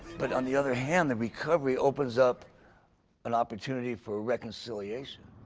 but on the other hand, the recovery opens up an opportunity for reconciliation.